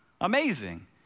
Amazing